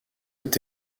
est